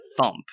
thump